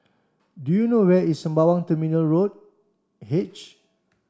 do you know where is Sembawang Terminal Road H